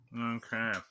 Okay